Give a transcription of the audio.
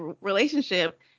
relationship